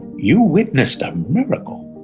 you witnessed a miracle.